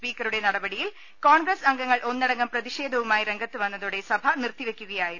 സ്പീക്ക റുടെ നടപടിയിൽ കോൺഗ്രസ് അംഗങ്ങൾ ഒന്നടങ്കം പ്രതിഷേധ വുമായി രംഗത്ത് വന്നതോടെ സഭ നിർത്തിവെക്കുകയായിരുന്നു